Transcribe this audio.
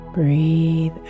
Breathe